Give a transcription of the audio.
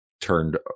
turned